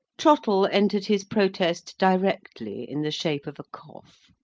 trottle entered his protest directly in the shape of a cough.